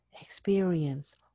experience